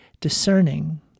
discerning